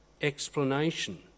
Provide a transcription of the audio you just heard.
explanation